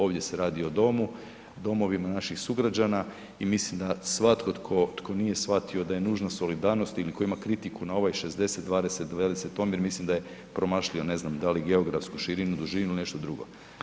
Ovdje se radi o domu, domovima naših sugrađana i mislim da svatko tko, tko nije shvatio da je nužna solidarnost ili koji ima kritiku na ovaj 60:20:20 omjer mislim da je promašio, ne znam da li geografsku širinu, dužinu ili nešto drugo.